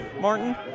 Martin